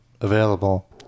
available